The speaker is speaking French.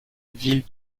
ville